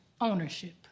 ownership